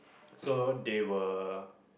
so they were